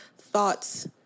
thoughts